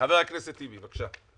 חבר הכנסת טיבי, בבקשה.